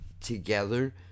together